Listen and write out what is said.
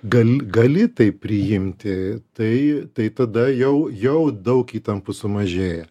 gal gali tai priimti tai tai tada jau jau daug įtampų sumažėja